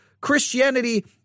Christianity